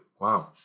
wow